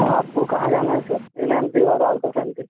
आपको कहाँ जाना है सर इन एम पी और आउट ऑफ एम पी